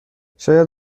شاید